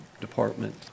Department